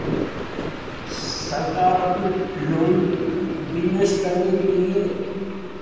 सरकार अपना loan business करने के लिए